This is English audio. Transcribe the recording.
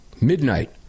midnight